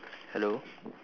hello